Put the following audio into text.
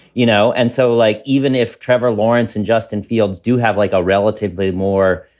you know, and so, like, even if trevor lawrence and justin fields do have like a relatively more,